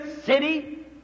city